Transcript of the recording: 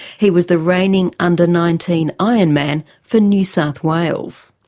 he was the reigning under nineteen ironman for new south wales.